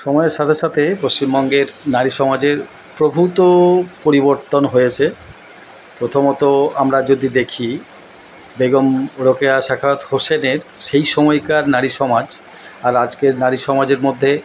সময়ের সাথে সাথে পশ্চিমবঙ্গের নারী সমাজের প্রভূত পরিবর্তন হয়েছে প্রথমত আমরা যদি দেখি বেগম রোকেয়া শাখায়াত হোসেনের সেই সময়কার নারী সমাজ আর আজকের নারী সমাজের মধ্যে